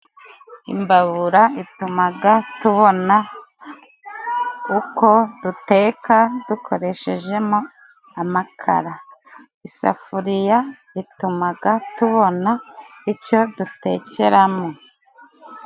Imbabura itumaga tubona uko duteka dukoresheje mo amakara. Isafuriya itumaga tubona icyo dutekera mo.